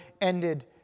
ended